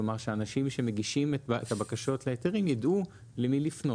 כלומר שאנשים שמגישים את הבקשות להיתרים יידעו למי לפנות,